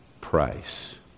price